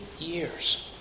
years